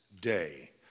day